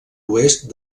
oest